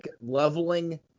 leveling